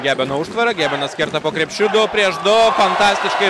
gebeno užtvara gebenas kerta po krepšiu du prieš du fantastiškai